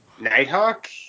Nighthawk